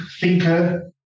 thinker